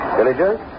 Villagers